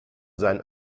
seinen